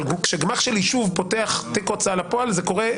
אבל כשגמ"ח של יישוב פותח תיק הוצאה לפועל זה קורה,